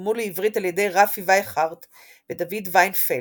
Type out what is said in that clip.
שתורגמו לעברית על ידי רפי וייכרט ודוד וינפלד,